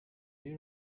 you